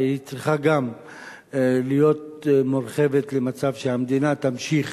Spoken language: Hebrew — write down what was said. והיא צריכה גם להיות מורחבת למצב שהמדינה תמשיך